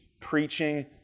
preaching